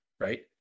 right